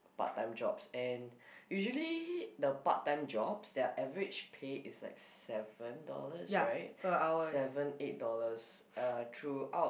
part time jobs and usually the part time jobs their average pay is like seven dollars right seven eight dollars uh throughout